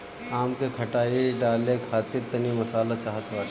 आम के खटाई डाले खातिर तनी मसाला चाहत बाटे